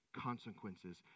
consequences